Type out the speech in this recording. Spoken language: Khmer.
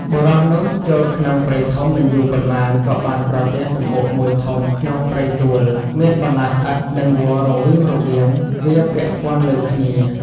បុរសនោះចូលក្នុងព្រៃធំមិនយូរប៉ុន្មានក៏បានប្រទះដំបូកមួយធំក្នុងព្រៃទួល មានបន្លាស្អិតនិងវល្លិ៍រវីមរវាម វារពាក់ព័ន្ធ លើគ្នា។